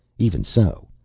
even so.